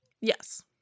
Yes